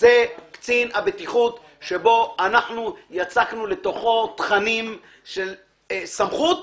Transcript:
זה קצין הבטיחות שיצקנו לתוכו תכנים של סמכות